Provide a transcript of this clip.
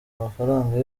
amafaranga